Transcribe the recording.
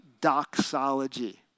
doxology